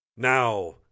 Now